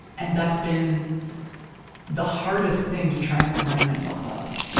and that's been the hardest thing to try and remind myself of.